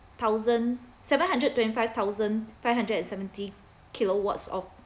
thousand seven hundred twenty five thousand five hundred and seventy kilowatts of